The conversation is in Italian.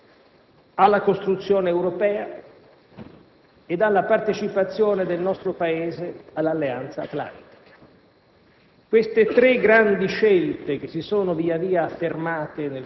dalla adesione attiva dell'Italia alla costruzione europea e dalla partecipazione del nostro Paese all'Alleanza atlantica.